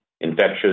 infectious